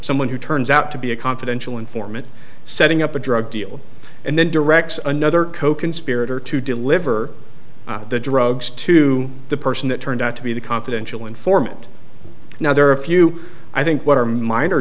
someone who turns out to be a confidential informant setting up a drug deal and then directs another coconspirator to do liver the drugs to the person that turned out to be the confidential informant now there are a few i think what are minor